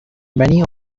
many